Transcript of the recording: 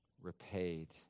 repaid